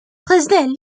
fresnel